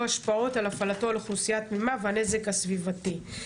השפעות על הפעלתו על אוכלוסיה תמימה והנזק הסביבתי.